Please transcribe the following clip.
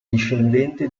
discendente